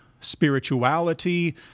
spirituality